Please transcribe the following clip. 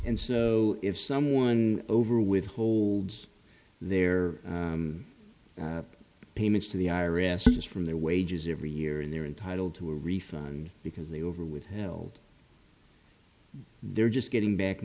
and so if someone over withholds their payments to the i r s it is from their wages every year and they're entitled to a refund because they over withheld they're just getting back